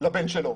לבן שלו?